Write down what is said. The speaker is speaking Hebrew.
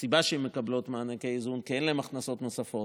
הסיבה שהן מקבלות מענקי איזון היא כי אין להן הכנסות נוספות.